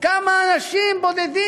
כמה אנשים בודדים,